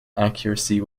accuracy